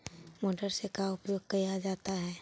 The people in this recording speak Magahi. मोटर से का उपयोग क्या जाता है?